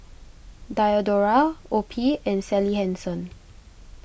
Diadora Opi and Sally Hansen